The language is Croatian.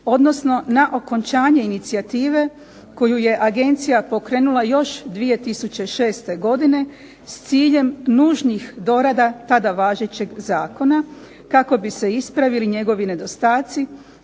odnosno na okončanje inicijative koju je agencija pokrenula još 2006. godine, s ciljem nužnih dorada tada važećeg zakona, kako bi se ispravili njegovi nedostatci